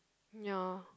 ya